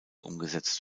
umgesetzt